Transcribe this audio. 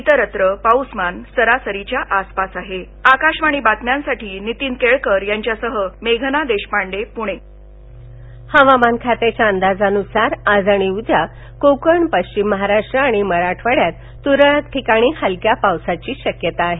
इतरत्र पाऊसमान सरासरीच्या आसपास आह आकाशवाणी बातम्यांसाठी नीतीन कळिकर यांच्यासह मध्या दश्रपांडप्रिण हवामान हवामानखात्याच्या अंदाजानुसार आज आणि उद्या कोकण पश्चिम महाराष्ट्र आणि मराठवाङ्यात तुरळक ठिकाणी हलक्या पावसाची शक्यता आहे